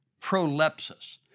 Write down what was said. prolepsis